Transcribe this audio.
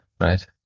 right